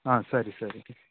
ಹಾಂ ಸರಿ ಸರಿ